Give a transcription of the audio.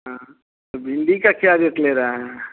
हाँ तो भिंडी का क्या रेट ले रहे हैं